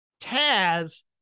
Taz